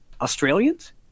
australians